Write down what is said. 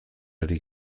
ari